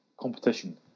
competition